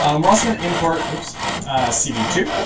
um we're also going to import oops c v two.